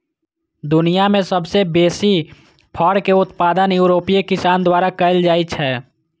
दुनिया मे सबसं बेसी फर के उत्पादन यूरोपीय किसान द्वारा कैल जाइ छै